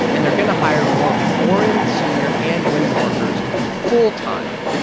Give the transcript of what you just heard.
and they're going to hire more foreign, senior and women workers full time.